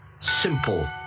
simple